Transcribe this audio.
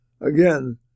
Again